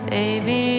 Baby